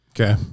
Okay